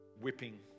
whipping